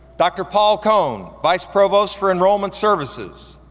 dr. paul kohn, vice provost for enrollment services.